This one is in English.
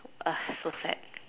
so sad